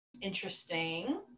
Interesting